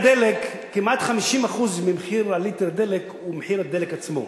כמעט 50% ממחיר ליטר דלק הוא מחיר הדלק עצמו.